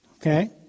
Okay